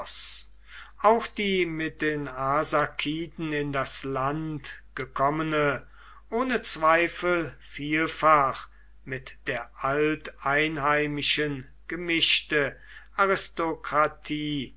auch die mit den arsakiden in das land gekommene ohne zweifel vielfach mit der alteinheimischen gemischte